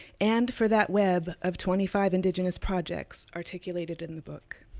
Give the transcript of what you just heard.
and for that web of twenty five indigenous projects articulated in the book.